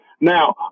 Now